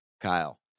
Kyle